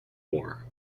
war